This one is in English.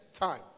time